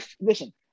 listen